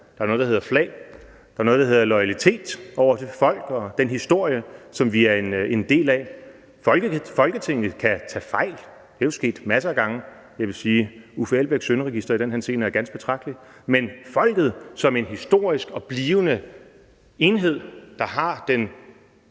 Der er noget, der hedder flag. Der er noget, der hedder loyalitet over for folk og den historie, som vi er en del af. Folketinget kan tage fejl; det er jo sket masser af gange – i den henseende vil jeg sige, at hr. Uffe Elbæks synderegister er ganske betragteligt. Det er folket som en historisk og blivende enhed, der har den